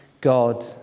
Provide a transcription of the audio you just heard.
God